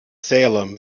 salem